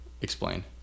Explain